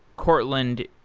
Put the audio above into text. courtland,